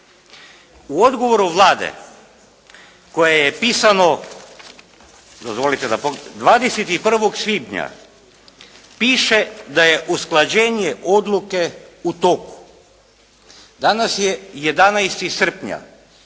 U odgovoru Vlade koje je pisano 21. svibnja piše da je usklađenje odluke u toku. Danas je 11. srpnja.